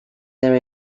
their